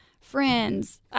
Friends